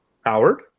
Howard